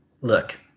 look